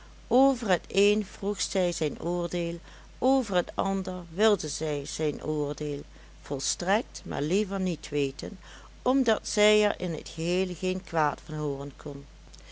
over het een vroeg zij zijn oordeel over het ander wilde zij zijn oordeel volstrekt maar liever niet weten omdat zij er in het geheel geen kwaad van hooren